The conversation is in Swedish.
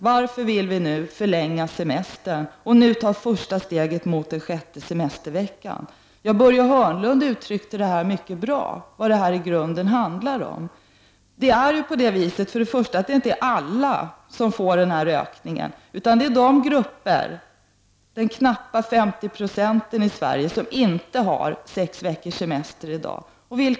Varför vill vi då förlänga semestern och nu ta första steget mot en sjätte semestervecka? Börje Hörnlund uttryckte på ett mycket bra sätt vad det i grunden handlar om. Till att börja med är det inte alla som får en utökad semester, utan det är de knappt 50 96 yrkesarbetande som i dag inte har sex veckors semester. Vilka är dessa?